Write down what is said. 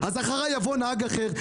אז אחריי יבוא נהג אחר.